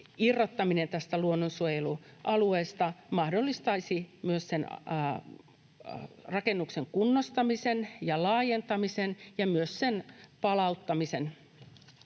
irrottaminen tästä luonnonsuojelualueesta mahdollistaisi rakennuksen kunnostamisen ja laajentamisen ja myös sen palauttamisen